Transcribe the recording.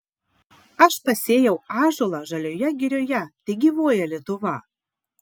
aš pasėjau ąžuolą žalioje girioje tegyvuoja lietuva